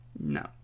No